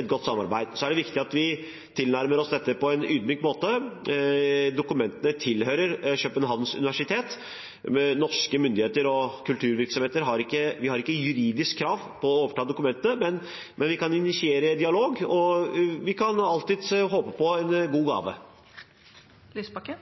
et godt samarbeid. Så er det viktig at vi tilnærmer oss dette på en ydmyk måte. Dokumentene tilhører Københavns Universitet. Norske myndigheter og kulturvirksomheter har ikke noe juridisk krav på å overta dokumentene, men vi kan initiere en dialog, og vi kan alltids håpe på en god gave.